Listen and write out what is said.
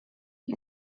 and